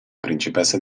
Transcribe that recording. principessa